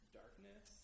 darkness